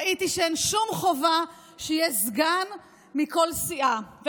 וראיתי שאין שום חובה שיהיה סגן מכל סיעה,